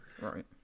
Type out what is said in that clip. right